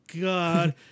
God